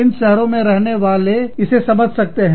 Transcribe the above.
इन शहरों में रहने वाले लोग इसे समझ सकते हैं